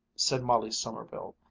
said molly sommerville,